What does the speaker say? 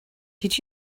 did